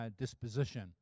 disposition